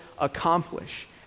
accomplish